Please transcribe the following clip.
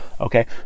okay